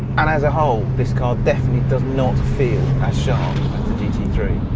and as a whole, this car definitely does not feel as sharp as the g t three.